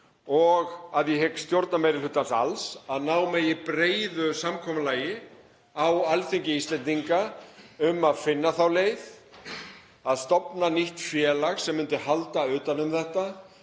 og að ég hygg stjórnarmeirihlutans alls, að ná megi breiðu samkomulagi á Alþingi Íslendinga um að finna þá leið, að stofna nýtt félag sem myndi halda utan um þetta